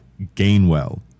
Gainwell